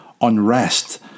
unrest